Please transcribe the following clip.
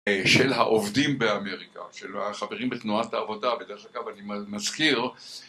של העובדים באמריקה, של החברים בתנועת העבודה בדרך כלל אני מזכיר